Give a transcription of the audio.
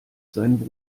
seinen